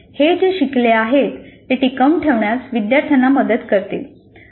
हे जे शिकले आहे ते टिकवून ठेवण्यास विद्यार्थ्यांना मदत करते